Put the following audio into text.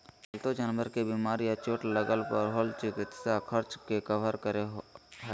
पालतू जानवर के बीमार या चोट लगय पर होल चिकित्सा खर्च के कवर करो हइ